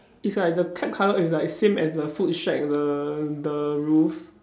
it's like the cap colour is like same as the food shack the the roof